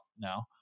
now